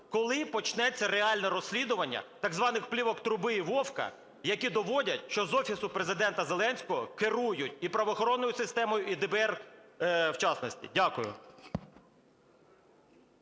Коли почнеться реально розслідування так званих плівок Труби і Вовка, які доводять, що з Офісу Президента Зеленського керують і правоохоронною системою, і ДБР вчасності? Дякую.